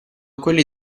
quelli